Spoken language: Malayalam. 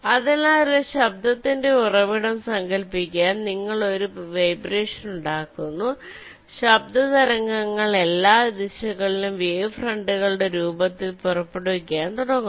അതിനാൽ ഒരു ശബ്ദത്തിന്റെ ഉറവിടം സങ്കൽപ്പിക്കുക നിങ്ങൾ ഒരു വൈബ്രേഷൻ ഉണ്ടാക്കുന്നു ശബ്ദ തരംഗങ്ങൾ എല്ലാ ദിശകളിലും വേവ് ഫ്രണ്ടുകളുടെ രൂപത്തിൽ പുറപ്പെടുവിക്കാൻ തുടങ്ങുന്നു